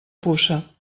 puça